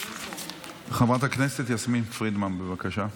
חברת הכנסת יסמין פרידמן, בבקשה.